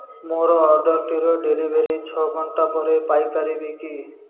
ମୋର ଅର୍ଡ଼ର୍ଟିର ଡେଲିଭରି ଛଅ ଘଣ୍ଟା ପରେ ପାଇପାରିବି କି